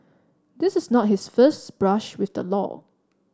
this is not his first brush with the law